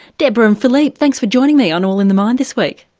deborah and phillipe thanks for joining me on all in the mind this week.